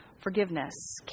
forgiveness